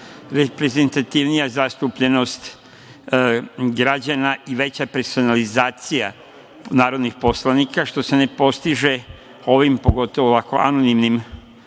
reprezentativnija zastupljenost građana i veća personalizacija narodnih poslanika, što se ne postiže ovim, pogotovo ovako anonimnim